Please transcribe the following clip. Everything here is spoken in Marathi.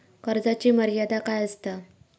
कर्जाची मर्यादा काय असता?